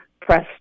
press